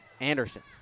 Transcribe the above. Anderson